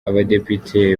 abadepite